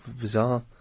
bizarre